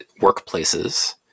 workplaces